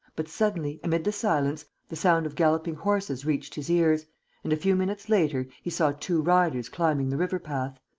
but suddenly, amid the silence, the sound of galloping horses reached his ears and, a few minutes later, he saw two riders climbing the river-path.